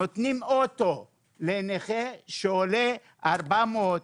נותנים אוטו לנכה שעולה 400,000,